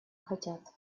хотят